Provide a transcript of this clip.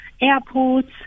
airports